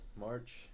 March